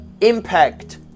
impact